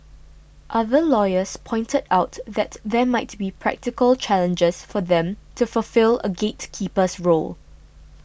other lawyers pointed out that there might be practical challenges for them to fulfil a gatekeeper's role